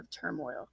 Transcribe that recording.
turmoil